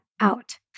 out